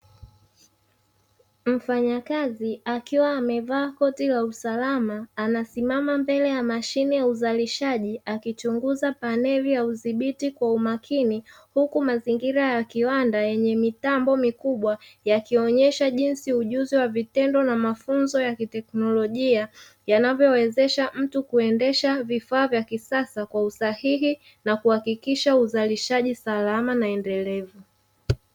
Mfanyakazi akiwa amevaa koti la usalama, anasimama mbele ya mashine ya uzalishaji akichunguza paneli ya udhibiti kwa umakini huku mazingira ya kiwanda yenye mitambo mikubwa, yakionyesha jinsi ujuzi wa vitendo na mafunzo ya kiteknolojia yanavyowezesha mtu kuendesha vifaa vya kisasa kwa usahihi na kuhakikisha uzalishaji salama na endelevu.